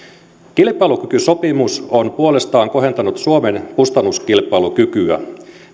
kilpailukykysopimus on puolestaan kohentanut suomen kustannuskilpailukykyä